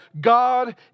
God